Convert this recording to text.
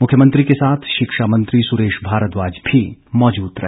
मुख्यमंत्री के साथ शिक्षा मंत्री सुरेश भारद्वाज भी मौजूद रहे